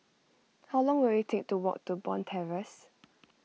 how long will it take to walk to Bond Terrace